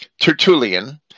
Tertullian